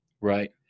right